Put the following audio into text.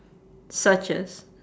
such as